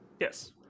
Yes